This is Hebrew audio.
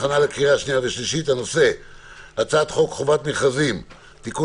הכנה לקריאה שניה ושלישית ובנושא הצעת חוק חובת המכרזים (תיקון